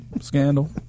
scandal